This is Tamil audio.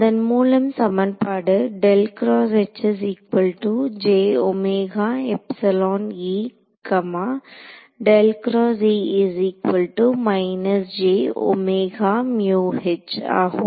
அதன் முதல் சமன்பாடு ஆகும்